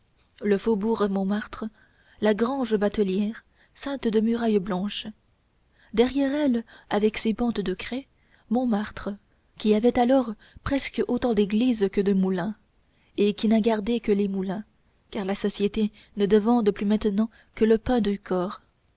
la porte montmartre la grange batelière ceinte de murailles blanches derrière elle avec ses pentes de craie montmartre qui avait alors presque autant d'églises que de moulins et qui n'a gardé que les moulins car la société ne demande plus maintenant que le pain du corps